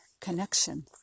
connection